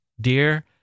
Dear